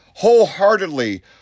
wholeheartedly